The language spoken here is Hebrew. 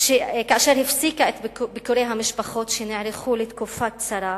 כאשר הפסיקה את ביקורי המשפחות שנערכו לתקופת קצרה,